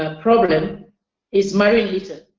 um problems is marine litter.